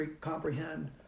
comprehend